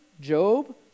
Job